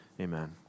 Amen